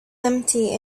empty